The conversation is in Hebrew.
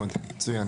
פייפל.